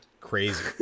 Crazy